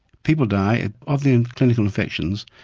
people die of the clinical infections,